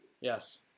Yes